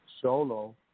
solo